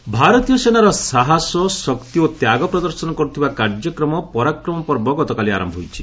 ପରାକ୍ରମପର୍ବ ଭାରତୀୟ ସେନାର ସାହସ ଶକ୍ତି ଓ ତ୍ୟାଗ ପ୍ରଦର୍ଶନ କରୁଥିବା କାର୍ଯ୍ୟକ୍ରମ ପରାକ୍ରମପର୍ବ ଗତକାଲି ଆରମ୍ଭ ହୋଇଛି